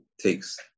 takes